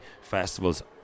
festivals